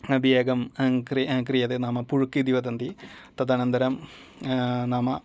अपि एकं क्रियते नाम पुषुक्कु इति वदन्ति तदनन्तरं नाम